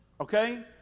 Okay